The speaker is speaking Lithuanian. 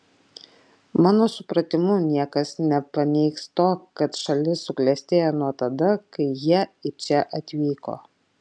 mano supratimu niekas nepaneigs to kad šalis suklestėjo nuo tada kai jie į čia atvyko